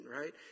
right